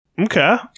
Okay